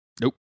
Nope